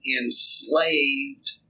enslaved